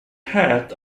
head